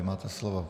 Máte slovo.